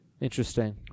Interesting